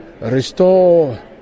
restore